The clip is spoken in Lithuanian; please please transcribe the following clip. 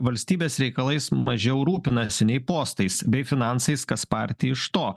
valstybės reikalais mažiau rūpinasi nei postais bei finansais kas partijai iš to